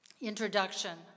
introduction